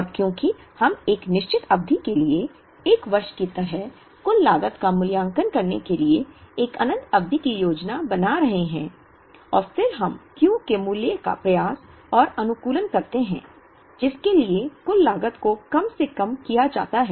और क्योंकि हम एक निश्चित अवधि के लिए एक वर्ष की तरह कुल लागत का मूल्यांकन करने के लिए एक अनंत अवधि की योजना बना रहे हैं और फिर हम Q के मूल्य का प्रयास और अनुकूलन करते हैं जिसके लिए कुल लागत को कम से कम किया जाता है